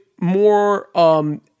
more –